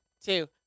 two